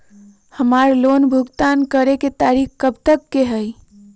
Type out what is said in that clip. हमार लोन भुगतान करे के तारीख कब तक के हई?